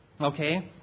Okay